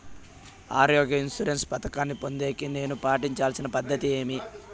ఆరోగ్య ఇన్సూరెన్సు పథకాన్ని పొందేకి నేను పాటించాల్సిన పద్ధతి ఏమి?